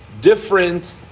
different